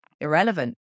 irrelevant